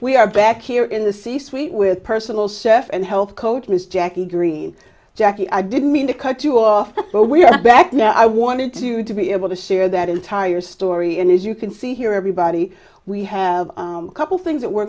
we are back here in the c suite with personal chef and health coach was jackie green jackie i didn't mean to cut you off the but we're back now i wanted you to be able to share that entire story and as you can see here everybody we have a couple things that we're